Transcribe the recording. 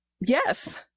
yes